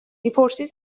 میپرسید